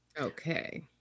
Okay